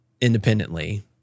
independently